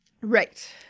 Right